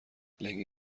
لنگه